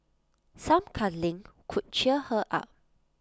some cuddling could cheer her up